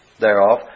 Thereof